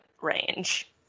range